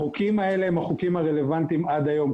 החוקים האלה הם החוקים הרלוונטיים עד היום,